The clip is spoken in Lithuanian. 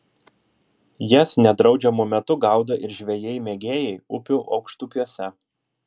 jas nedraudžiamu metu gaudo ir žvejai mėgėjai upių aukštupiuose